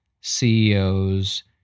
CEOs